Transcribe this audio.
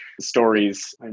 stories